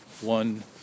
one